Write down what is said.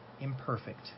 imperfect